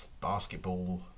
basketball